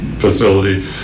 facility